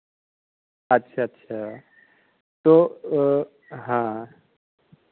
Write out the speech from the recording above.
अच्छा अच्छा तो हाँ